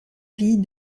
vie